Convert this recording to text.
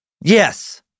Yes